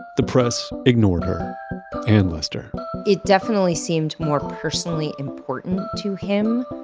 the press ignored her and lester it definitely seemed more personally important to him